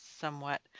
somewhat